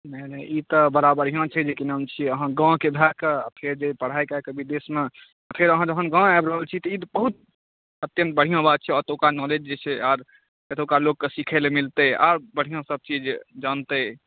नहि नहि ई तऽ बड़ा बढ़िआँ छै जे कि नाम छिए अहाँ गाँवके भऽ कऽ फेर जे पढ़ाइ कऽ कऽ विदेशमे फेर अहाँ जहन गाँव आबि रहल छी तऽ ई बहुत अत्यन्त बढ़िआँ बात छै एतौका नॉलेज जे छै आओर एतौका लोकके सिखैलए मिलतै आओर बढ़िआँ सबचीज जानतै